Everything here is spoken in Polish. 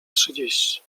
trzydzieści